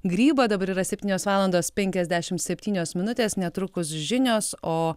grybą dabar yra septynios valandos penkiasdešim septynios minutės netrukus žinios o